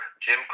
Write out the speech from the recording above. Jim